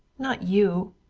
not you!